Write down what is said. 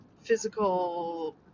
physical